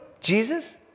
Jesus